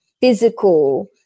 physical